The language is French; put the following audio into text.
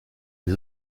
des